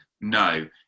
No